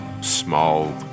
small